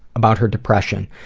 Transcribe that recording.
about her depression